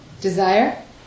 Desire